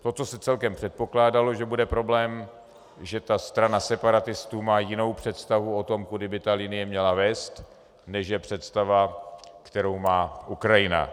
To, co se celkem předpokládalo, že bude problém, že strana separatistů má jinou představu o tom, kudy by ta linie měla vést, než je představa, kterou má Ukrajina.